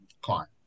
client